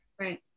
Right